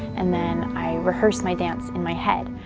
and then i rehearse my dance in my head.